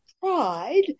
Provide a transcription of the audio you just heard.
pride